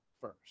first